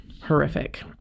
horrific